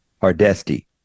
Hardesty